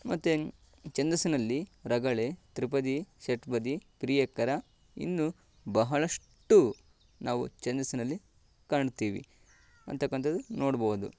ಮತ್ತು ಛಂದಸ್ಸಿನಲ್ಲಿ ರಗಳೆ ತ್ರಿಪದಿ ಷಟ್ಪದಿ ಕಿರಿಯಕ್ಕರ ಇನ್ನೂ ಬಹಳಷ್ಟು ನಾವು ಛಂದಸ್ಸಿನಲ್ಲಿ ಕಾಣ್ತೀವಿ ಅಂತಕ್ಕಂಥದ್ದು ನೋಡ್ಬೋದು